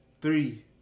three